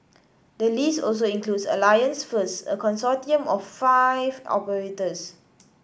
the list also includes Alliance First a consortium of five operators